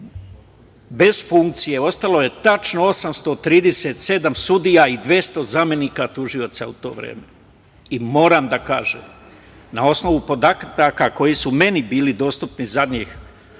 funkcija ostalo je tačno 837 sudija i 200 zamenika tužioca u to vreme.I moram da kažem, na osnovu podataka koji su meni bili dostupni zadnjih